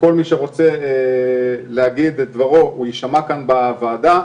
שכל מי שרוצה להגיד את דברו הוא יישמע כאן בוועדה,